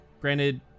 granted